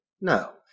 no